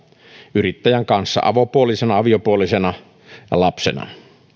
yrittäjän kanssa avopuolisona aviopuolisona lapsena